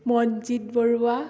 Manjit Barua